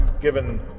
given